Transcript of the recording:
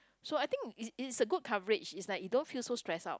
so I think it it's a good coverage is like you don't feel so stress out